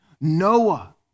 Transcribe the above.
Noah